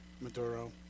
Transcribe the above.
Maduro